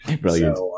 Brilliant